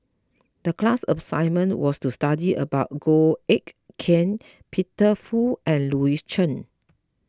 the class assignment was to study about Goh Eck Kheng Peter Fu and Louis Chen